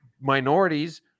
minorities